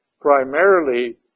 primarily